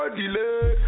delay